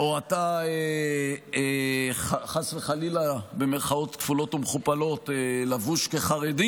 או "חס וחלילה" לבוש כחרדי